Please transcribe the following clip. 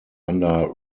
under